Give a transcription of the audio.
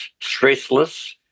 stressless